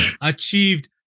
achieved